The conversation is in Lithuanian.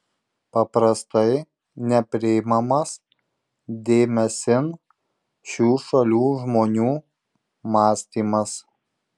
paprastai nepriimamas dėmesin šių šalių žmonių mąstymas